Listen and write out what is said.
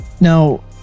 Now